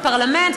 בפרלמנט.